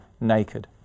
naked